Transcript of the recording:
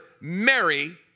Mary